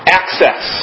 access